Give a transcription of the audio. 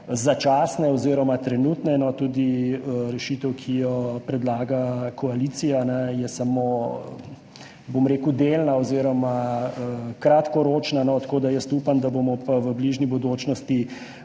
začasni oziroma trenutni. Tudi rešitev, ki jo predlaga koalicija, je samo delna oziroma kratkoročna. Tako da jaz upam, da bomo v bližnji bodočnosti